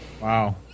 Wow